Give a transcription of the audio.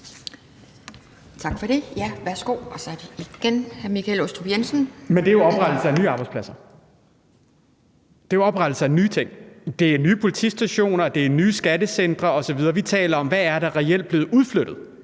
Tak for det. Værsgo, hr. Michael Aastrup Jensen. Kl. 18:27 Michael Aastrup Jensen (V): Men det er jo oprettelse af nye arbejdspladser. Det er oprettelse af nye ting. Det er nye politistationer, det er nye skattecentre, osv. Vi taler om, hvad der reelt er blevet udflyttet.